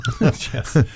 Yes